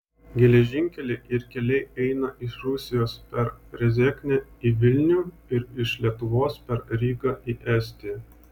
geležinkeliai ir keliai eina iš rusijos per rezeknę į vilnių ir iš lietuvos per rygą į estiją